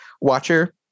watcher